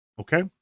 Okay